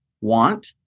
want